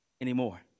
anymore